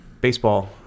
Baseball